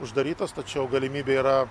uždarytas tačiau galimybė yra